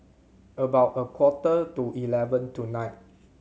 about a quarter to eleven tonight